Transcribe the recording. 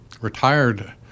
retired